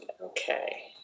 Okay